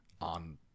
on